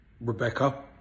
Rebecca